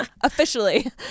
officially